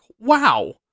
wow